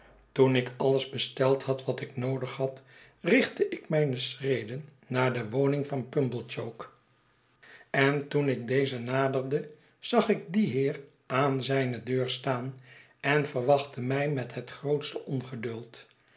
toen ik alles besteld had wat ik noodig had richtte ik mijne schreden naar de woning van pumblechook en toen ik deze naderde zag in dien heer aan zijne deur staan hij verwachtte mij met het grootste ongeduld